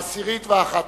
העשירית והאחת-עשרה.